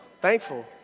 Thankful